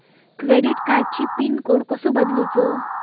Credit कार्डची pin code कसो बदलुचा?